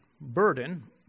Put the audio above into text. burden